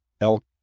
elk